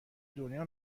دنیا